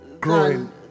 Growing